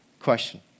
Question